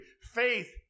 Faith